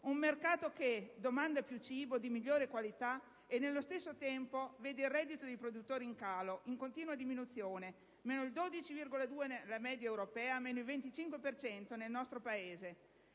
Un mercato che domanda più cibo di migliore qualità e, nello stesso tempo, vede il reddito dei produttori in calo, in continua diminuzione: meno 12,2 per cento la media europea (meno 25 per cento nel nostro Paese).